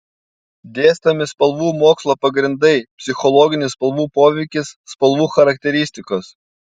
dėstomi spalvų mokslo pagrindai psichologinis spalvų poveikis spalvų charakteristikos